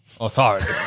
authority